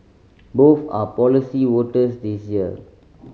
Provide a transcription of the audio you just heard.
both are policy voters this year